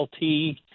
LT